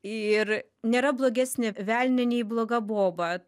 ir nėra blogesnio velnio nei bloga boba